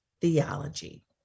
theology